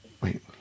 Wait